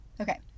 Okay